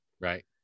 Right